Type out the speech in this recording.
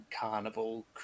carnival